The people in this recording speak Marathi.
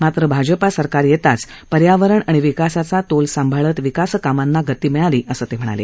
मात्र भाजपा सरकार येताच पर्यावरण आणि विकासाचा तोल सांभाळत विकासकामांना गती मिळाली असं ते म्हणाले